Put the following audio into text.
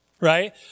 right